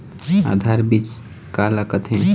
आधार बीज का ला कथें?